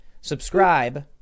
subscribe